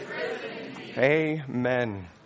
Amen